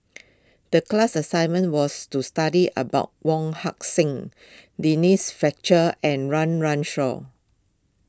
the class assignment was to study about Wong Heck Sing Denise Fletcher and Run Run Shaw